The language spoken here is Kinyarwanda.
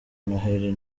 noheli